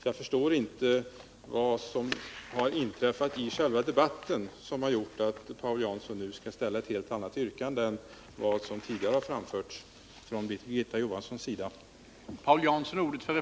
Jag förstår inte vad som har inträffat i själva debatten som har gjort att Paul Jansson nu framställer ett helt annat yrkande än vad Birgitta Johansson tidigare har gjort.